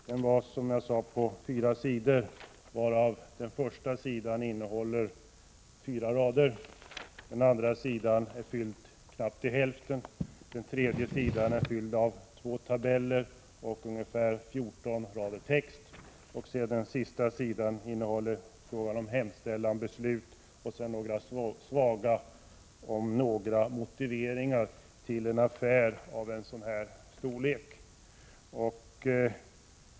Den är, som jag sade, på fyra sidor, varav den första sidan innehåller fyra rader, den andra är fylld till knappt hälften, den tredje är fylld av två tabeller och 14 rader text och den sista innehåller hemställan, beslut och några svaga motiveringar — om ens några — till en affär av den här storleken.